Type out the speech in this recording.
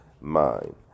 mind